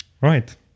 Right